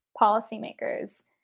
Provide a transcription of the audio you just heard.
policymakers